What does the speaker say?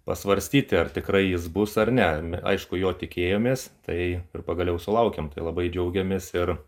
pasvarstyti ar tikrai jis bus ar ne m aišku jo tikėjomės tai ir pagaliau sulaukėm tai labai džiaugiamės ir